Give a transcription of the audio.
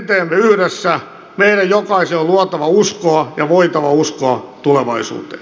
meidän jokaisen on luotava uskoa ja voitava uskoa tulevaisuuteen